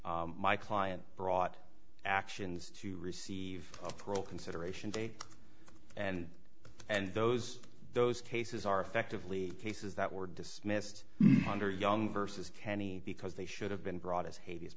where my client brought actions to receive pro consideration day and and those those cases are effectively cases that were dismissed under young vs kenny because they should have been brought as ha